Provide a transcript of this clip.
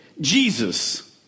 Jesus